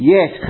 Yes